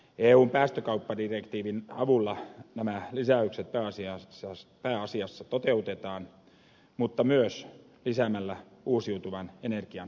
eun päästökauppadirektiivin avulla nämä lisäykset pääasiassa toteutetaan mutta myös lisäämällä uusiutuvan energian käyttöä